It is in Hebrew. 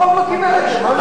הרוב לא קיבל את זה.